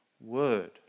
word